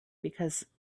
because